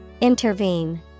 Intervene